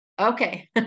Okay